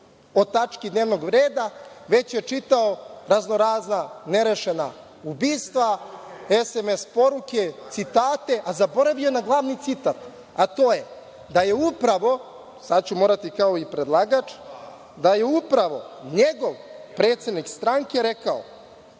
o tački dnevnog reda, već je čitao raznorazna nerešena ubistva, SMS poruke, citate, a zaboravio je na glavni citat, a to je da je upravo, sada ću morati kao i predlagač, da je upravo njegov predsednik stranke rekao